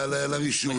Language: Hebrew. לרישוי,